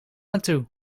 naartoe